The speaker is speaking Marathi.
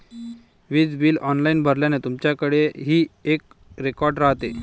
वीज बिल ऑनलाइन भरल्याने, तुमच्याकडेही एक रेकॉर्ड राहते